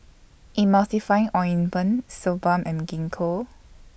Emulsying Ointment Suu Balm and Gingko